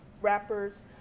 rappers